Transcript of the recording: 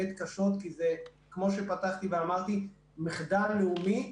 כי כמו שפתחתי ואמרתי זה מחדל לאומי,